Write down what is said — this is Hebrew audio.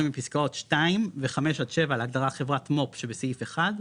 בפסקאות (2) ו-(5) עד (7) להגדרה "חברת מו"פ" שבסעיף 1,